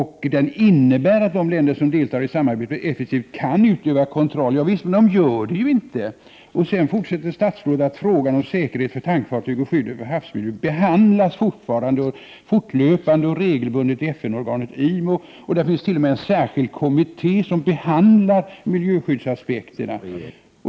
Det innebär att de länder som deltar i samarbetet effektivt kan utöva kontroll. Visst, men de gör inte det. Sedan fortsätter statsrådet med att säga att frågor om säkerhet för tankfartyg och skyddet för havsmiljöer behandlas fortlöpande och regelbundet i FN-organet IMO. Det finns t.o.m. en särskild kommitté som behandlar miljöskyddsaspekterna.